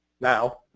Now